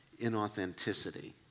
inauthenticity